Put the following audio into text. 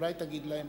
אולי תגיד להם